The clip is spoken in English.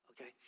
okay